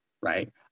right